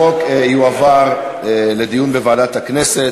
החוק יועבר לדיון בוועדת הכנסת,